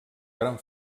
gran